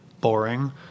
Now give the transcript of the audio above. boring